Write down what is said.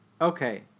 okay